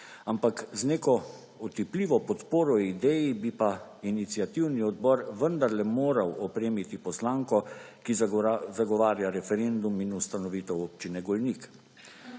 ampak z neko otipljivo podporo ideji bi pa iniciativni odbor vendarle moral opremiti poslanko, ki zagovarja referendum in ustanovitev Občine Golnik.